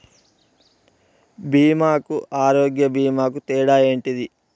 బీమా కు ఆరోగ్య బీమా కు తేడా ఏంటిది?